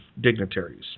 dignitaries